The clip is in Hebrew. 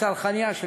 "הצרכנייה של